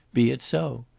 be it so.